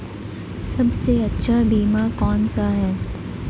सबसे अच्छा बीमा कौनसा है?